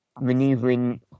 maneuvering